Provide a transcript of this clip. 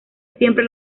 siempre